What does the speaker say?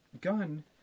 gun